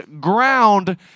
ground